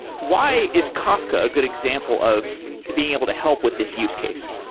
why is kafka a good example of being able to help with this use case?